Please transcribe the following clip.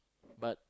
but